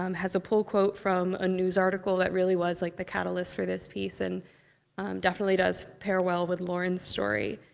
um has a pull quote from a news article that really was, like, the catalyst for this piece, and definitely does pair well with lauren's story.